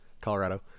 Colorado